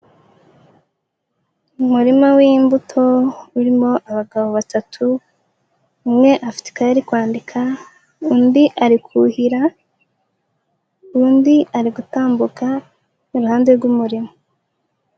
Umurima w'imbuto urimo abagabo batatu, umwe afite ikayi ari kwandika, undi ari kuhira, undi ari gutambuka iruhande rw'umurima.